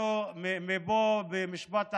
משפט אחרון,